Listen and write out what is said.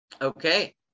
okay